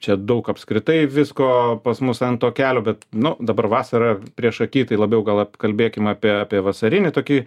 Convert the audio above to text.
čia daug apskritai visko pas mus ant to kelio bet nu dabar vasara priešaky tai labiau gal kalbėkim apie apie vasarinį tokį